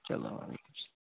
چلو وعلیکُم